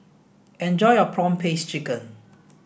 enjoy your prawn paste chicken